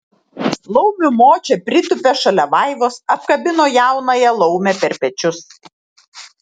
laumių močia pritūpė šalia vaivos apkabino jaunąją laumę per pečius